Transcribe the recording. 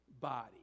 body